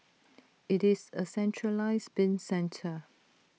IT is A centralised bin centre